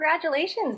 Congratulations